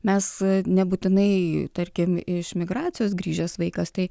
mes nebūtinai tarkim iš emigracijos grįžęs vaikas tai